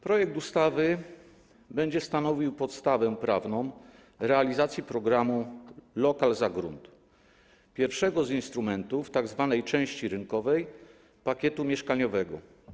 Projekt ustawy będzie stanowił podstawę prawną realizacji programu: lokal za grunt, pierwszego z instrumentów tzw. części rynkowej pakietu mieszkaniowego.